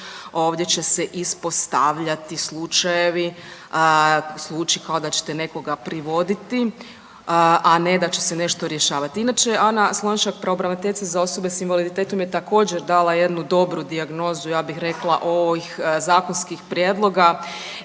ovdje će se ispostavljati slučajevi. Zvuči kao da ćete nekoga privoditi, a ne da će se nešto rješavati. Inače Anka Slonjšak pravobraniteljica za osobe s invaliditetom je također dala jednu dobru dijagnozu ja bih rekla ovih zakonskih prijedloga